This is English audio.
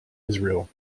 israel